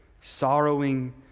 sorrowing